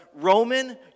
Roman